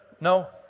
no